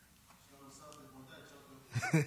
הנושא לוועדת החינוך התקבלה.